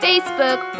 Facebook